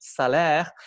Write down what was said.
salaire